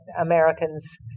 Americans